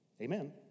Amen